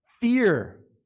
Fear